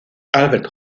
albert